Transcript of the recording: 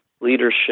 leadership